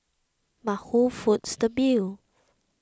but who foots the bill